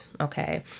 Okay